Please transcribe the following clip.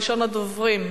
ראשון הדוברים,